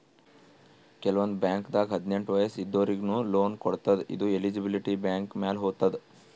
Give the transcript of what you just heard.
ಕೆಲವಂದ್ ಬಾಂಕ್ದಾಗ್ ಹದ್ನೆಂಟ್ ವಯಸ್ಸ್ ಇದ್ದೋರಿಗ್ನು ಲೋನ್ ಕೊಡ್ತದ್ ಇದು ಎಲಿಜಿಬಿಲಿಟಿ ಬ್ಯಾಂಕ್ ಮ್ಯಾಲ್ ಹೊತದ್